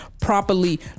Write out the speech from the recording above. properly